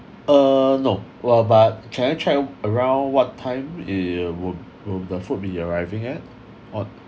uh no lah but can I checked around what time it would would the food be arriving at on